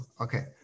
Okay